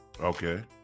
Okay